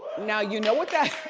now, you know what that.